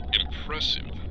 impressive